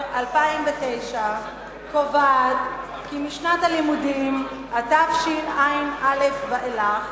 2009 קובעת כי משנת הלימודים התשע"א ואילך